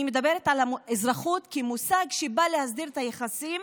אני מדברת על אזרחות כמושג שבא להסדיר את היחסים